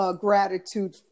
gratitude